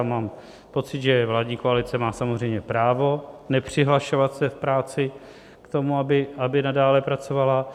Mám pocit, že vládní koalice má samozřejmě právo nepřihlašovat se v práci k tomu, aby nadále pracovala.